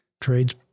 trade's